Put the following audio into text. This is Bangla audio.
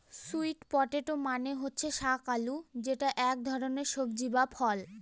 স্যুইট পটেটো মানে হচ্ছে শাক আলু যেটা এক ধরনের সবজি বা ফল